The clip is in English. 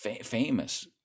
famous